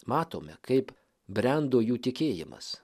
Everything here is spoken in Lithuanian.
matome kaip brendo jų tikėjimas